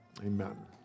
Amen